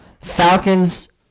Falcons